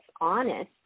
honest